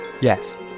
Yes